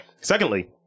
Secondly